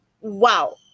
wow